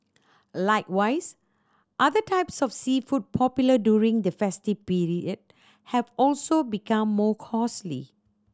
likewise other types of seafood popular during the festive period have also become more costly